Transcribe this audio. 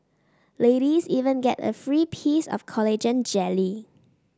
ladies even get a free piece of collagen jelly